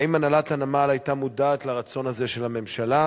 2. האם הנהלת הנמל היתה מודעת לרצון הזה של הממשלה?